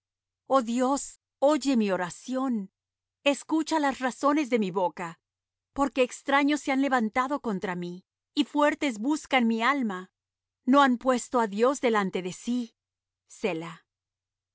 oh dios oye mi oración escucha las razones de mi boca porque extraños se han levantado contra mí y fuertes buscan mi alma no han puesto á dios delante de sí